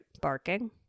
barking